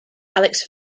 alex